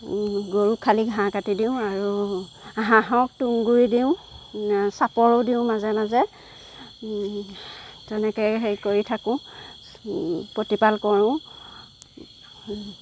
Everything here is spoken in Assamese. গৰুক খালী ঘাঁহ কাটি দিওঁ আৰু হাঁহক তুহঁগুৰি দিওঁ চাপৰো দিওঁ মাজে মাজে তেনেকেই হেৰি কৰি থাকো প্ৰতিপাল কৰো